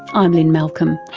i'm lynne malcolm,